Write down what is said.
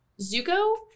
Zuko